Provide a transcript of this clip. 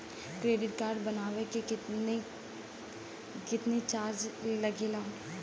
Credit card बनवावे के कोई चार्ज भी लागेला?